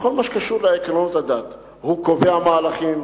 בכל מה שקשור לעקרונות הדת, הוא קובע מהלכים,